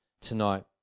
tonight